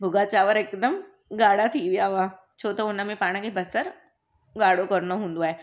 भुॻा चांवर हिकदमु ॻाढा थी विया हुआ छो त हुन में पाण खे बसरु ॻाढो करिणो हूंदो आहे